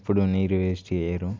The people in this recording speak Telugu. ఎప్పుడు నీరు వేస్ట్ చేయరు